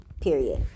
period